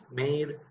made